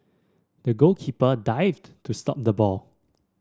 the goalkeeper dived to stop the ball